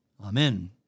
Amen